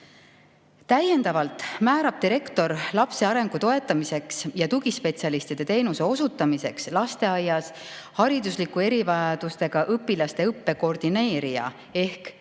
Täiendavalt määrab direktor lapse arengu toetamiseks ja tugispetsialistide teenuse osutamiseks lasteaias hariduslike erivajadustega laste õppe koordineerija ehk